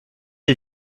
est